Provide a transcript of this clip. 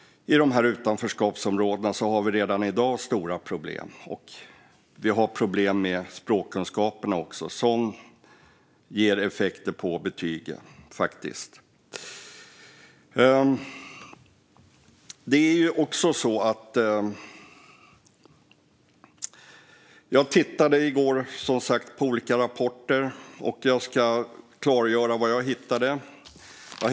I utanförskapsområdena har vi redan i dag stora problem. Vi har också problem med språkkunskaperna, vilket ger effekter på betygen. I går tittade jag som sagt på olika rapporter. Jag ska klargöra vad jag hittade.